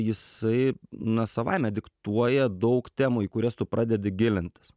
jisai na savaime diktuoja daug temų į kurias tu pradedi gilintis